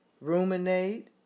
ruminate